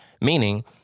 meaning